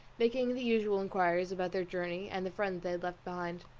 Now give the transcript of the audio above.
making the usual inquiries about their journey, and the friends they had left behind.